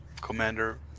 Commander